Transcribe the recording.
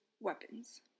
weapons